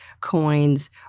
coins